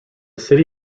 city